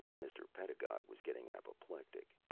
mr. pedagog was getting apoplectic.